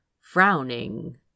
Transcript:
frowning